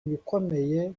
ibikomeye